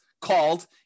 called